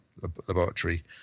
laboratory